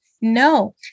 No